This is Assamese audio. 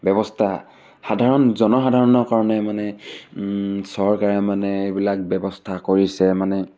ব্যৱস্থা সাধাৰণ জনসাধাৰণৰ কাৰণে মানে চৰকাৰে মানে এইবিলাক ব্যৱস্থা কৰিছে মানে